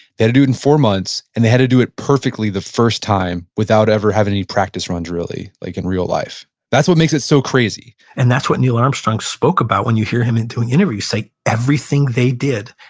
they had to do it in four months, and they had to do it perfectly the first time, without ever having any practice runs, really, like in real life. that's what makes it so crazy and that's what neil armstrong spoke about when you hear him doing interviews. like everything they did,